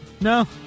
No